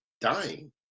dying